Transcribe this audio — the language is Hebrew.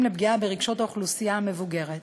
לפגיעה ברגשות האוכלוסייה המבוגרת.